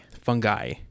Fungi